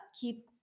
keep